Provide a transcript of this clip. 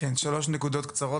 שלוש נקודות קצרות.